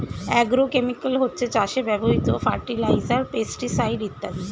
agrochemical হচ্ছে চাষে ব্যবহৃত ফার্টিলাইজার, পেস্টিসাইড ইত্যাদি